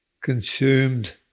consumed